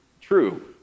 true